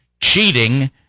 cheating